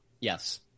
Yes